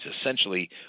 essentially